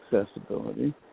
accessibility